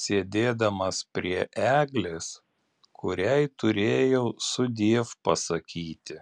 sėdėdamas prie eglės kuriai turėjau sudiev pasakyti